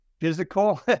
physical